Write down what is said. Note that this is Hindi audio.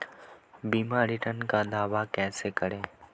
बीमा रिटर्न का दावा कैसे करें?